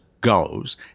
goes